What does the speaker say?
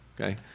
okay